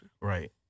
Right